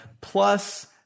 plus